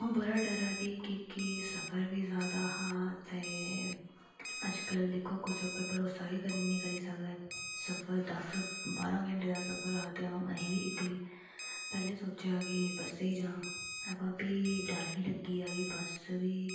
अंऊ बड़ा डरा दी ही की सफर बी जादा हा ते अज्जकल दिक्खो कुसै पर भरोसा बी निं करी सकदा ऐ ते सफर दस्स बारहां घैंटे दा हा ते अंऊ ऐही बी इक्कली पैह्लें सोचेआ की बस्सै च जां बाऽ भी डर बी लग्गी आ की बस्स बी